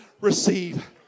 receive